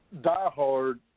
diehard